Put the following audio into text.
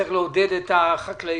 שצריך לעודד את החקלאים.